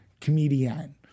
comedian